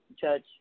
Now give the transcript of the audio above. judge